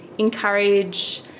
encourage